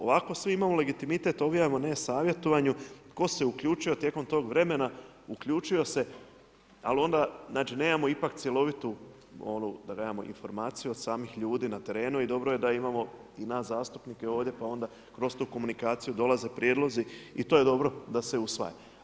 Ovako svi imamo legitimitet, objavimo na E-savjetovanju tko se uključio tijekom tog vremena, uključio se, ali onda ipak nemamo onu cjelovitu informaciju od samih ljudi na terenu i dobro je da imamo i nas zastupnike ovdje pa onda kroz tu komunikaciju dolaze prijedlozi i to je dobro da se usvaja.